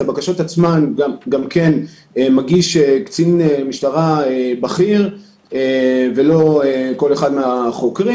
את הבקשות עצמן מגיש קצין משטרה בכיר ולא כל אחד מהחוקרים.